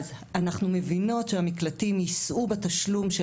אז אנחנו מבינות שהמקלטים יישאו בתשלום של